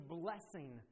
blessing